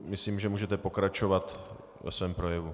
Myslím, že můžete pokračovat ve svém projevu.